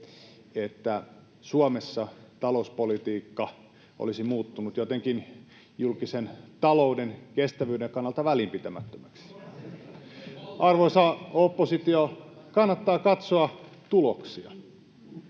että Suomessa talouspolitiikka olisi muuttunut jotenkin julkisen talouden kestävyyden kannalta välinpitämättömäksi. [Oikealta: No onhan se sitä!] Arvoisa oppositio, kannattaa katsoa tuloksia.